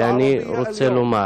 ואני רוצה לומר,